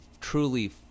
truly